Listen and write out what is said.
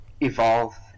evolve